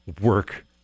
work